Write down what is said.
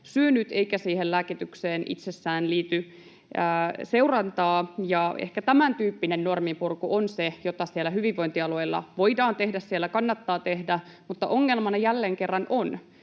itsessään liity seurantaa. Ja ehkä tämäntyyppinen normien purku on se, jota siellä hyvinvointialueilla voidaan tehdä ja siellä kannattaa tehdä. Mutta ongelmana jälleen kerran on,